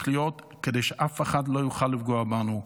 כדי שאף אחד לא יוכל לפגוע בנו.